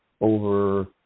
over